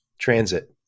transit